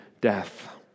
death